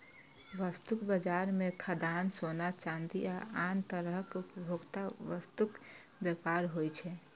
वस्तु बाजार मे खाद्यान्न, सोना, चांदी आ आन तरहक उपभोक्ता वस्तुक व्यापार होइ छै